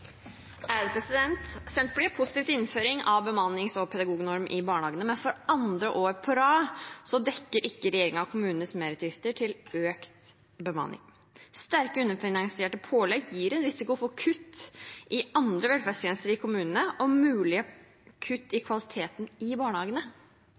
til innføring av bemannings- og pedagognorm i barnehagene, men for andre år på rad dekker ikke regjeringen kommunenes merutgifter til økt bemanning. Sterkt underfinansierte pålegg gir en risiko for kutt i andre velferdstjenester i kommunene og mulige kutt i